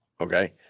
Okay